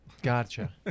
gotcha